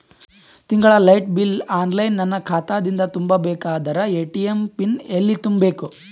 ತಿಂಗಳ light bill online ನನ್ನ ಖಾತಾ ದಿಂದ ತುಂಬಾ ಬೇಕಾದರ ಎ.ಟಿ.ಎಂ ಪಿನ್ ಎಲ್ಲಿ ತುಂಬೇಕ?